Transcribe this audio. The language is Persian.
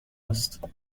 است